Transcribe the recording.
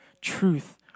truth